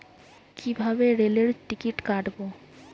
কিভাবে রেলের টিকিট কাটব?